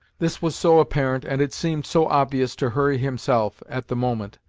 this was so apparent, and it seemed so obvious to hurry himself, at the moment,